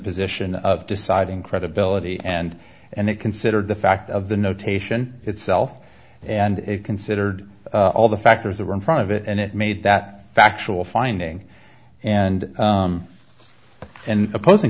position of deciding credibility and and it considered the fact of the notation itself and it considered all the factors that were in front of it and it made that factual finding and an opposing